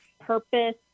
purpose